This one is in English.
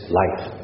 life